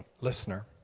listener